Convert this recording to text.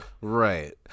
right